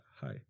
Hi